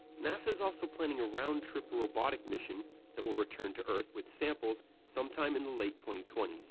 nasa is also planning a round-trip robotic mission that will return to earth with samples sometime in the late twenty twenty s.